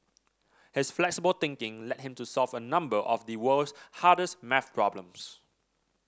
his flexible thinking led him to solve a number of the world's hardest maths problems